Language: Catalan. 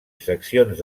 seccions